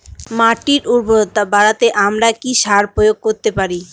মাটির উর্বরতা বাড়াতে আমরা কি সার প্রয়োগ করতে পারি?